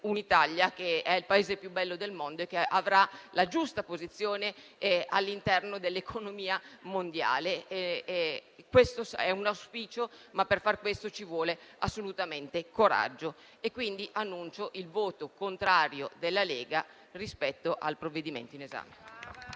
all'Italia, che è il Paese più bello del mondo, la giusta posizione all'interno dell'economia mondiale. Questo è un auspicio, ma per farlo ci vuole assolutamente coraggio. Annuncio dunque il voto contrario della Lega al provvedimento in esame.